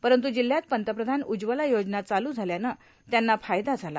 परंतु जिल्ह्यात पंतप्रधान उज्ज्वला योजना चालू झाल्यानं त्यांना फायदा झाला